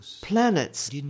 planets